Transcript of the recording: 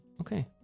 Okay